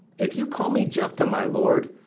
if you call me jephthah, my lord,